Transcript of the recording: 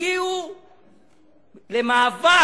הגיעו למאבק,